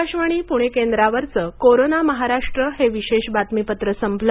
आकाशवाणी पुणे केंद्रावरचं कोरोना महाराष्ट्र हे विशेष बातमीपत्र संपलं